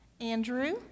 Andrew